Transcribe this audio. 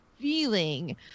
feeling